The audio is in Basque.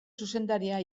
zuzendaria